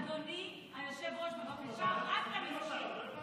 אדוני היושב-ראש, בבקשה, רק את המספרים.